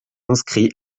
inscrits